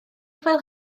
edrych